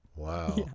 Wow